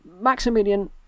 Maximilian